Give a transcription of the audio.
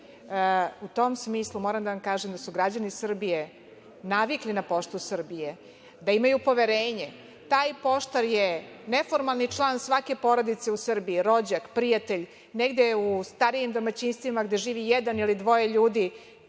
tom smislu, moram da kažem da su građani Srbije navikli na „Poštu Srbije“, da imaju poverenje. Taj poštar je neformalni član svake porodice u Srbiji, rođak, prijatelje. Negde u starijim domaćinstvima gde živi jedan ili dvoje ljudi,